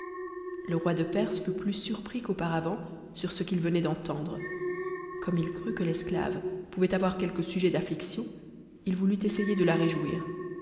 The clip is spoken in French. le roi de perse fut plus surpris qu'auparavant sur ce qu'il venait d'en tendre comme il crut que l'esclave pouvait avoir quelque sujet d'ainiction il voulut essayer de la réjouir